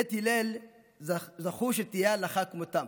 בית הלל זכו שתהיה הלכה כמותם,